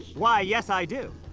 why, yes, i do.